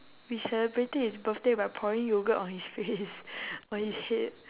we celebrated his birthday by pouring yoghurt on his face on his head